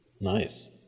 Nice